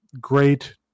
great